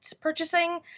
purchasing